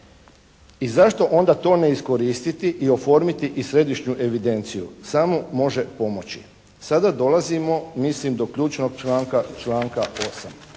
I zašto onda to ne iskoristiti i ne oformiti i središnju evidenciju? Samo može pomoći. Sada dolazimo mislim do ključnog članka, članka 8.